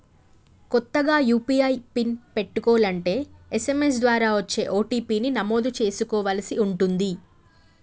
కొత్తగా UPI PIN పెట్టుకోలంటే SMS ద్వారా వచ్చే ఓ.టీ.పీ ని నమోదు చేసుకోవలసి ఉంటుంది